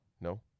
No